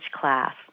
class